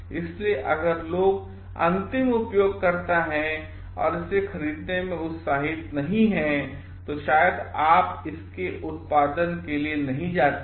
इसलिए अगर लोग अंतिम उपयोगकर्ता हैं और इसे खरीदने में उत्साहित नहीं हैं तो शायद आप इसके उत्पादन के लिए नहीं जाते हैं